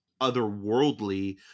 otherworldly